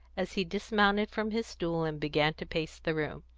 as he dismounted from his stool and began to pace the room.